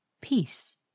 peace